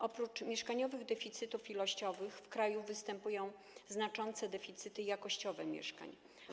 Oprócz ilościowych deficytów mieszkaniowych w kraju występują znaczące deficyty jakościowe mieszkań.